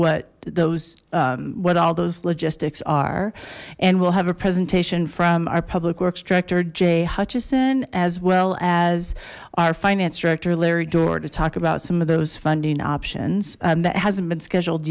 what those what all those logistics are and we'll have a presentation from our public works director jay hutchison as well as our finance director larry door to talk about some of those funding options that hasn't been scheduled